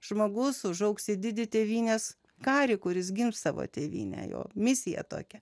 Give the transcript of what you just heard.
žmogus užaugs į didį tėvynės karį kuris gins savo tėvynę jo misija tokia